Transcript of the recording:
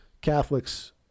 catholics